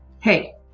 Hey